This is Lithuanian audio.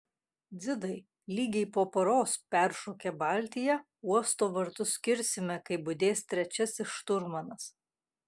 dzidai lygiai po paros peršokę baltiją uosto vartus kirsime kai budės trečiasis šturmanas